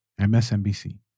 MSNBC